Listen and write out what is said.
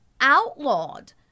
outlawed